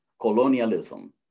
colonialism